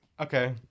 Okay